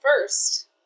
First